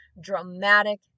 dramatic